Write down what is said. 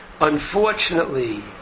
unfortunately